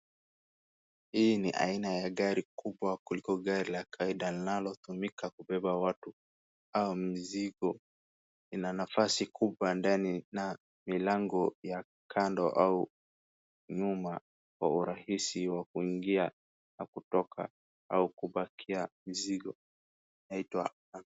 Hii ni aina ya gari kubwa kuliko gari la kawaida linalotumika kubeba watu, au mizigo. Ina nafasi kubwa ndani na milango ya kando au nyuma, kwa urahisi wa kuingia na kutoka au kupakia mizigo, inaitwa.